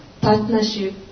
partnership